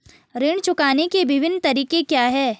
ऋण चुकाने के विभिन्न तरीके क्या हैं?